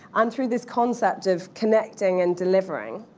and through this concept of connecting and delivering